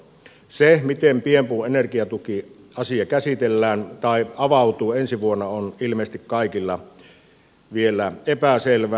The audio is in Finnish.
se miten pienpuuenergiatukiasia käsitellään tai miten se avautuu ensi vuonna on ilmeisesti kaikille vielä epäselvää